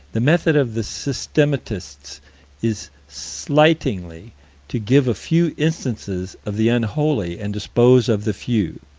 the method of the systematists is slightingly to give a few instances of the unholy, and dispose of the few.